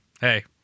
hey